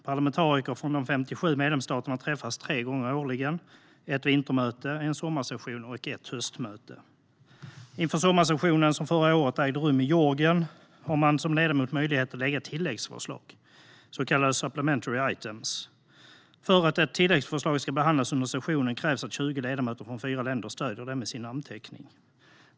Parlamentariker från de 57 medlemsstaterna träffas tre gånger årligen, ett vintermöte, en sommarsession och ett höstmöte. Inför sommarsessionen, som förra året ägde rum i Georgien, hade man som ledamot möjlighet att lägga fram tilläggsförslag, så kallade supplementary items. För att ett tilläggsförslag ska behandlas under sessionen krävs att 20 ledamöter från fyra länder stöder det med sin namnteckning.